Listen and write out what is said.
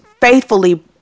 faithfully